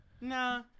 Nah